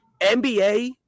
NBA